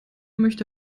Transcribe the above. möchte